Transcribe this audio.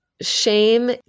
Shame